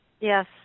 yes